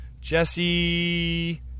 Jesse